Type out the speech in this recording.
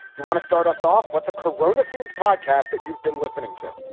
you want to start us off? what's a corona themed podcast that you've been listening to?